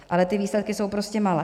Ale ty výsledky jsou prostě malé.